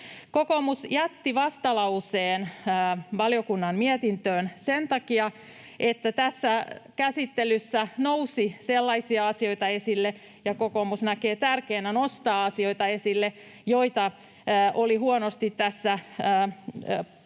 Kokoomus jätti vastalauseen valiokunnan mietintöön sen takia, että tässä käsittelyssä nousi esille sellaisia asioita ja kokoomus näkee tärkeänä nostaa esille sellaisia asioita, joihin oli tässä huonosti